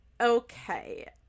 Okay